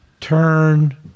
turn